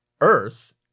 earth